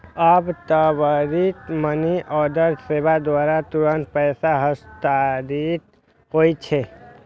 आब त्वरित मनीऑर्डर सेवा द्वारा तुरंत पैसा हस्तांतरित होइ छै